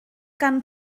gan